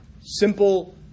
simple